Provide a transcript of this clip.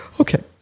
Okay